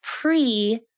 pre-